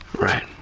Right